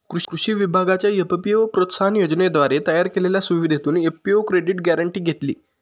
कृषी विभागाच्या एफ.पी.ओ प्रोत्साहन योजनेद्वारे तयार केलेल्या सुविधेतून एफ.पी.ओ क्रेडिट गॅरेंटी घेतली